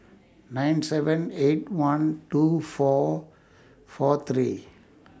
nine seven eight one two four four three